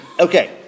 Okay